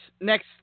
Next